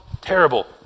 terrible